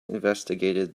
investigated